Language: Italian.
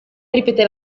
ripeté